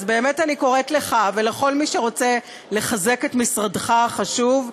אז באמת אני קוראת לך ולכל מי שרוצה לחזק את משרדך החשוב,